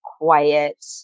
quiet